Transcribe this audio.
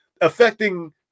affecting